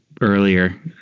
earlier